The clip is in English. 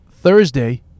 thursday